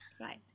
right